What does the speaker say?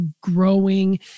growing